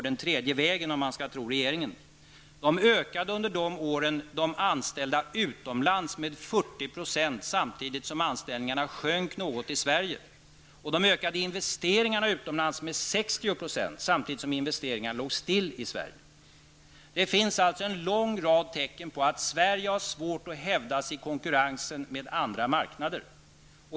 De åren var litet grand av guldåren för den tredje vägens politik -- om man skall tro regeringen. 60 % samtidigt som investeringsnivån låg stilla i Det finns en lång rad tecken på att Sverige har svårt att hävda sig i konkurrensen med andra marknader.